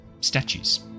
statues